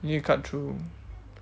you need to cut through